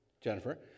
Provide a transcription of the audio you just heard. jennifer